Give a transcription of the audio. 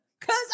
Cause